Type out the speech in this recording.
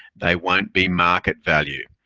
they won't be market value.